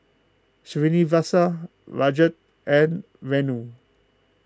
Srinivasa Rajat and Renu